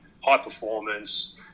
high-performance